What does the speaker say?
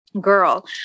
girl